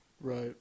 Right